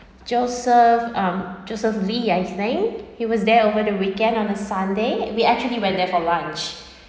joseph um joseph lee I think he was there over the weekend on a sunday we actually went there for lunch